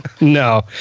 No